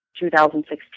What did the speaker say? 2016